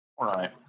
Right